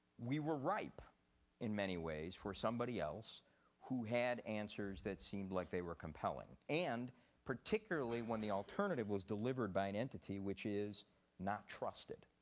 we were ripe in many ways for somebody else who had answers that seemed like they were compelling, and particularly when the alternative was delivered by an entity which is not trusted.